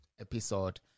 episode